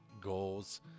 goals